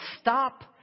stop